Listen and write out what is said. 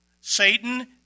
Satan